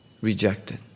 rejected